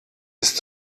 ist